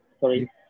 Sorry